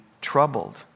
troubled